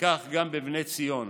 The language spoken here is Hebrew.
וכך גם בבני ציון,